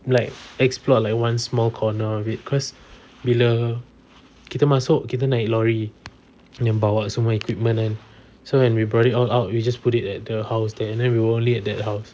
like explore like one small corner of it cause bila kita masuk kita naik lorry kena bawa semua equipment kan so when we brought it all out we just put it at the house there and then we were only at that house